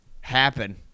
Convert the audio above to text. happen